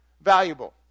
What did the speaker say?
valuable